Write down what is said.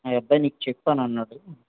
ఆ అబ్బాయి మీకు చెప్పాను అన్నాడు